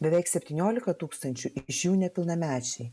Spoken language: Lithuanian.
beveik septyniolika tūkstančių iš jų nepilnamečiai